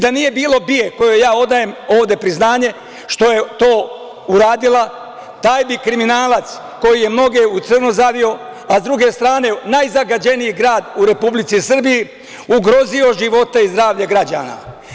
Da nije bilo BIA kojoj odajem ovde priznanje što je to uradila, taj bi kriminalac koji je mnoge u crno zavio, a sa druge strane, najzagađeniji grad u Republici Srbiji, ugrozio živote i zdravlje građana.